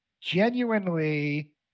genuinely